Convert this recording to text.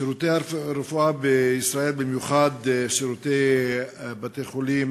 שירותי הרפואה בישראל, במיוחד שירותי בתי-חולים,